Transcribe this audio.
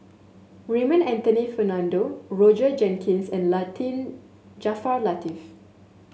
Raymond Anthony Fernando Roger Jenkins and Jaafar Latiff